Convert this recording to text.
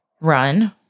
run